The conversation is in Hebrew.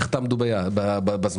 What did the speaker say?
איך תעמדו בזמנים?